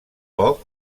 poc